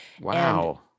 Wow